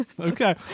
Okay